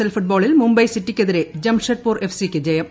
L ഫുട്ബോളിൽ മുംബൈ സിറ്റിക്കെതിരെ Jamshedpur F സിക്ക് ജയം